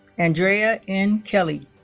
andrea n. kelly